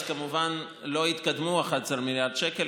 אז כמובן לא יתקדמו ה-11 מיליארד שקל.